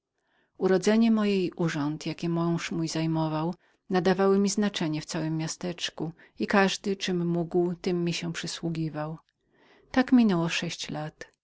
urodzenie moje i urząd jaki mąż mój zajmował nadawały mi znaczenie w całem miasteczku i każdy czem mógł tem mi się przysługiwał tak minęło sześć lat